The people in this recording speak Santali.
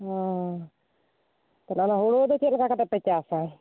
ᱛᱟᱦᱚᱞᱮ ᱚᱱᱟ ᱦᱳᱲᱳ ᱫᱚ ᱪᱮᱫ ᱞᱮᱠᱟ ᱠᱟᱛᱮ ᱯᱮ ᱪᱟᱥᱟ